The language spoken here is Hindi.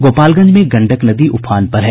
गोपालगंज में गंडक नदी उफान पर है